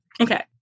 Okay